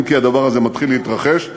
אם כי הדבר הזה מתחיל להתרחש,